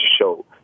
show